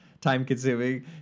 time-consuming